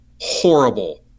Horrible